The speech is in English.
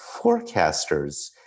forecasters